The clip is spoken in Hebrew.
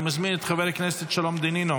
אני מזמין את חבר הכנסת שלום דנינו,